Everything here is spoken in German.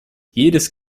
jedes